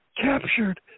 captured